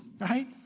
right